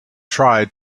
tried